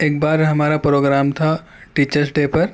ایک بار ہمارا پروگرام تھا ٹیچرس ڈے پر